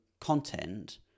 content